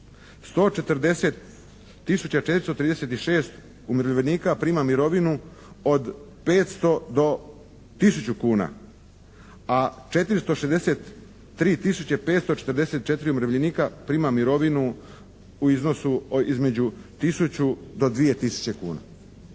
436 umirovljenika prima mirovinu od 500 do tisuću kuna, a 463 tisuće 544 umirovljenika prima mirovinu u iznosu između tisuću do 2 tisuće kuna.